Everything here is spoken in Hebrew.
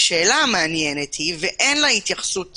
השאלה המעניינת היא ואין לה התייחסות